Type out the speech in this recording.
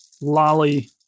lolly